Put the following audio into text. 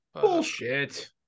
Bullshit